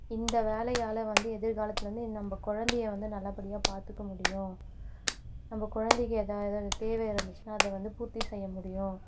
இந்த வேலையால வந்து எதிர்காலத்தில் வந்து இ நம்ம குழந்தைய வந்து நல்லபடியாக பார்த்துக்க முடியும் நம்ம குழந்தைக்கு எதா தேவை இருந்துச்சினால் அதை வந்து பூர்த்தி செய்ய முடியும்